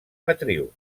matriu